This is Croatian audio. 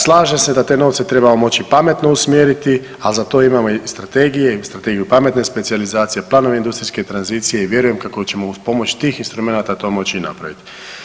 Slažem se da te novce trebamo moći pametno usmjeriti, ali za to imamo i strategije i strategiju pametne specijalizacije, planove industrijske tranzicije i vjerujem kako ćemo uz pomoć tih instrumenata to moći i napraviti.